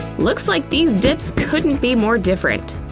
looks like these dips couldn't be more different.